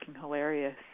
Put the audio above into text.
hilarious